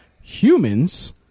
humans